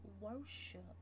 worship